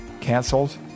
canceled